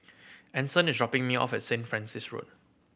Anson is dropping me off at Saint Francis Road